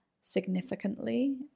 significantly